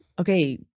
Okay